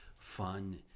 fun